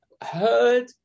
heard